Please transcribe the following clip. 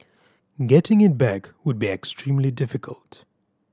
getting it back would be extremely difficult